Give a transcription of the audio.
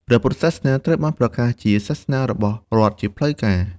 ព្រះពុទ្ធសាសនាត្រូវបានប្រកាសជាសាសនារបស់រដ្ឋជាផ្លូវការ។